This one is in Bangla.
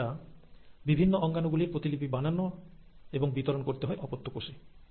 এছাড়া বিভিন্ন অঙ্গাণু গুলির প্রতিলিপি বানানো এবং বিতরণ করতে হয় অপত্য কোষে